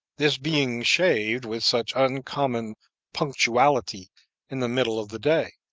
this being shaved with such uncommon punctuality in the middle of the day.